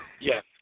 Yes